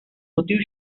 motius